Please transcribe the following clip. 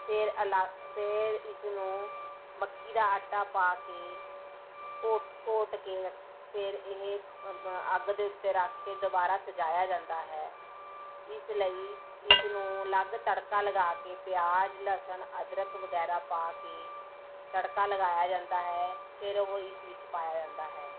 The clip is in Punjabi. ਫੇਰ ਅਲੱ ਫੇਰ ਇਸਨੂੰ ਮੱਕੀ ਦਾ ਆਟਾ ਪਾ ਕੇ ਘੋਟ ਘੋਟ ਕੇ ਫੇਰ ਇਹ ਅੱਗ ਦੇ ਉੱਤੇ ਰੱਖ ਕੇ ਦੁਬਾਰਾ ਸਜਾਇਆ ਜਾਂਦਾ ਹੈ ਇਸ ਲਈ ਇਸ ਨੂੰ ਅਲੱਗ ਤੜਕਾ ਲਗਾ ਕੇ ਪਿਆਜ਼ ਲਸਣ ਅਦਰਕ ਵਗੈਰਾ ਪਾ ਕੇ ਤੜਕਾ ਲਗਾਇਆ ਜਾਂਦਾ ਹੈ ਫੇਰ ਉਹ ਇਸ ਵਿੱਚ ਪਾਇਆ ਜਾਂਦਾ ਹੈ